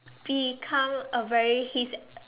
become a very he's